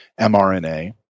mRNA